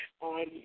On